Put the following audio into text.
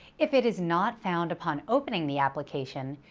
if it is not found upon opening the application,